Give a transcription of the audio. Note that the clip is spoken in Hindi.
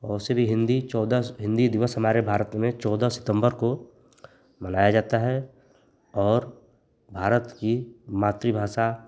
और से भी हिन्दी चौदह हिन्दी दिवस हमारे भारत में चौदह सितम्बर को मनाया जाता है और भारत की मातृभाषा